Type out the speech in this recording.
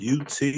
UT